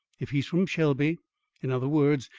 if he's from shelby in other words,